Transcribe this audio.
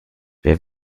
wer